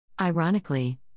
Ironically